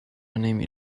نمی